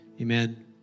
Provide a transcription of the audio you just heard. amen